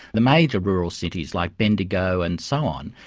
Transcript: the major rural cities like bendigo and so on,